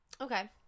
Okay